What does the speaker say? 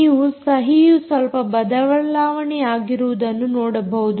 ನೀವು ಸಹಿಯು ಸ್ವಲ್ಪ ಬದಲಾವಣೆಯಾಗಿರುವುದನ್ನು ನೋಡಬಹುದು